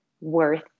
worth